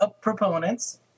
proponents